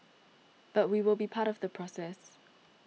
but we will be part of the process